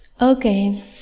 Okay